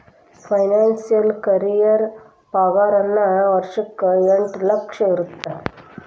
financial career ಪಾಗಾರನ ವರ್ಷಕ್ಕ ಎಂಟ್ ಲಕ್ಷ ಇರತ್ತ